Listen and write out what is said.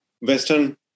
Western